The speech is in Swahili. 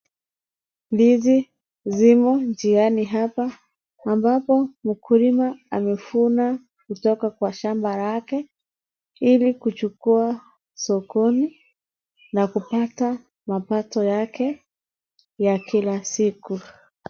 Ndizi zimo njiani hapa, ambapo mkulima amevuna kutoka kwa shamba lake, ili kuchukua sokoni na kupata mapato yake ya kila siku.